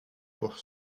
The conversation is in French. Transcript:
pour